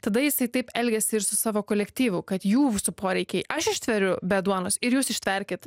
tada jisai taip elgiasi ir su savo kolektyvu kad jūsų poreikiai aš ištveriu be duonos ir jūs ištverkit